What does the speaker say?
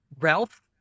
Ralph